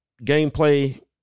gameplay